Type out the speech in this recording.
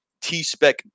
T-spec